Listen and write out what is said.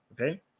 okay